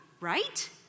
right